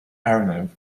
arnav